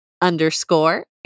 underscore